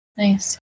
Nice